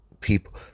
people